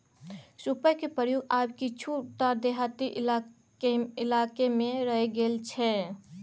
सूपक प्रयोग आब किछुए टा देहाती इलाकामे रहि गेल छै